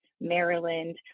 Maryland